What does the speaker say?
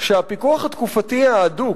שהפיקוח התקופתי ההדוק